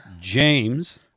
James